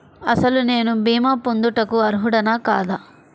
అసలు నేను భీమా పొందుటకు అర్హుడన కాదా?